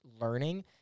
learning